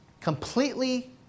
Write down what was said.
Completely